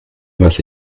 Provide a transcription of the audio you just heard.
was